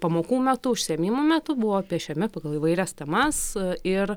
pamokų metu užsiėmimų metu buvo piešiami pagal įvairias temas ir